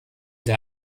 der